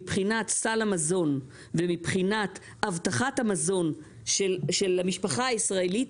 מבחינת סל המזון ומבחינת הבטחת המזון של המשפחה הישראלית,